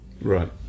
Right